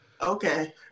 Okay